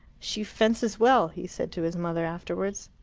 she fences well, he said to his mother afterwards.